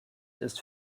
ist